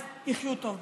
אז יחיו טוב ביחד,